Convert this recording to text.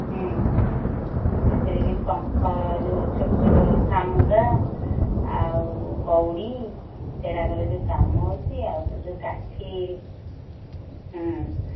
ହୁଁ ହୁଁ ସେଥିରେ ବି ଶଙ୍ଖ ଯେଉଁ ଛୋଟ ଛୋଟ ଶାମୁକା ଆଉ କଉଡ଼ି ସେହି ଗୁଡ଼ାକରେ ଯେଉଁ କାମ ହେଉଛି ଆଉ ସେ ଯେଉଁ କାଠି ହୁଁ